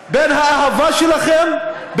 רוצים להגיע לכאן?